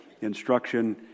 instruction